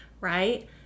right